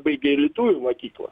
baigė ir lietuvių mokyklą